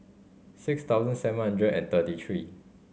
six thousand seven hundred and thirty three